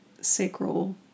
sacral